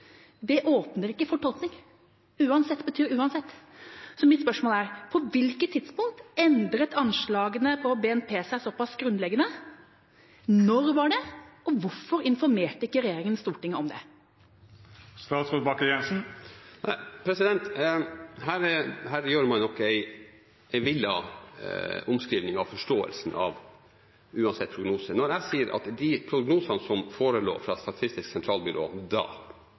betyr uansett. Så mitt spørsmål er: På hvilket tidspunkt endret anslagene for BNP seg såpass grunnleggende? Når var det, og hvorfor informerte ikke regjeringa Stortinget om det? Her gjør man nok en villet omskrivning av forståelsen av «uansett prognose». De prognosene som forelå fra Statistisk sentralbyrå da